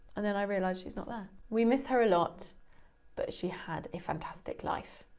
and then i realise she's not there. we miss her a lot but she had a fantastic life.